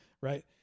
right